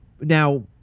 Now